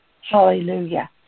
hallelujah